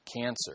cancer